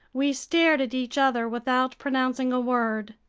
we stared at each other without pronouncing a word.